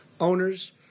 owners